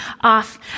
off